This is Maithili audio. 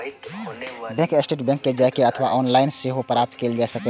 बैंक स्टेटमैंट बैंक जाए के अथवा ऑनलाइन सेहो प्राप्त कैल जा सकैए